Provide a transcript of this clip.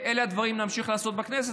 אלה הדברים שנמשיך לעשות בכנסת,